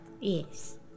Yes